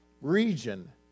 region